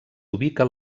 ubica